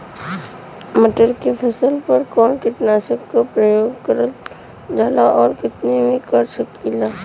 मटर के फसल पर कवन कीटनाशक क प्रयोग करल जाला और कितना में कर सकीला?